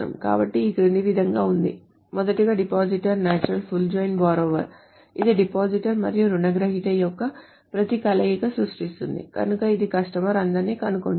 కాబట్టి ఈ క్రింది విధంగా ఉంది మొదటగా depositor natural full join borrower ఇది డిపాజిటర్ మరియు రుణగ్రహీత యొక్క ప్రతి కలయికను సృష్టిస్తుంది కనుక ఇది కస్టమర్స్ అందరినీ కనుగొంటుంది